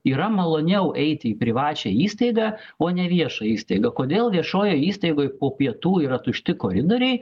yra maloniau eiti į privačią įstaigą o ne viešą įstaigą kodėl viešojoj įstaigoj po pietų yra tušti koridoriai